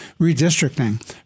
redistricting